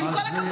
עם כל הכבוד.